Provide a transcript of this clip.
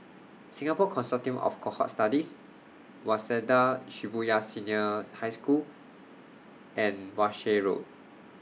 Singapore Consortium of Cohort Studies Waseda Shibuya Senior High School and Walshe Road